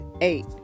eight